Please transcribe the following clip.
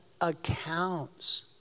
accounts